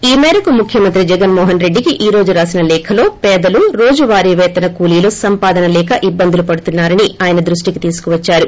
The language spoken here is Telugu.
ఈ మేరకు ముఖ్యమంత్రి జగన్మోహన్ రెడ్డికి ఈ రోజు వ్రాసిన లేఖలో పేదలు రోజువారీ పేతన కూలీలు సంపాదన లేక ఇబ్బందులు పడుతున్నారని ఆయన దృషికి తీసుకొద్చారు